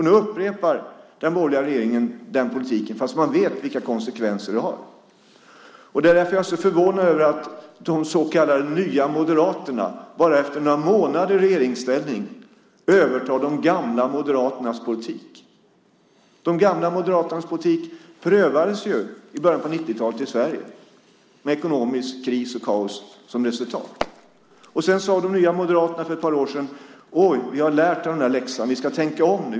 Nu upprepar den borgerliga regeringen den politiken, fast man vet vilka konsekvenser den får. Jag är förvånad över att de så kallade Nya moderaterna bara efter några månader i regeringsställning övertar de gamla moderaternas politik. De gamla moderaternas politik prövades ju i början av 90-talet i Sverige med ekonomisk kris och kaos som resultat. De nya moderaterna sade för ett par år sedan: "Vi har lärt oss läxan. Vi ska tänka om nu.